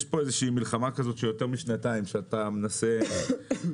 יש פה איזושהי מלחמה כזאת של יותר משנתיים שאתה מנסה ואתה